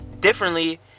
differently